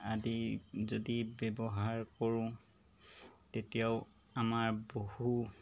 আদি যদি ব্যৱহাৰ কৰোঁ তেতিয়াও আমাৰ বহু